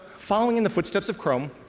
following in the footsteps of chrome,